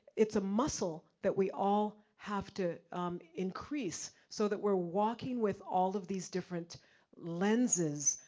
it's a muscle that we all have to increase, so that we're walking with all of these different lenses,